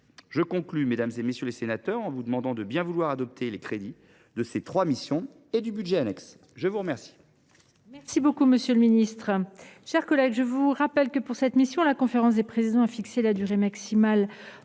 Je conclus, mesdames, messieurs les sénateurs, en vous demandant de bien vouloir adopter les crédits de ces trois missions et du budget annexe. Chers